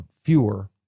fewer